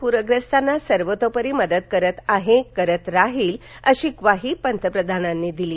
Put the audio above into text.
पूरग्रस्तांना सरकार सर्वतोपरी मदत करतं आहे करत राहील अशी ग्वाही पंतप्रधानांनी दिली